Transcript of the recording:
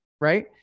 Right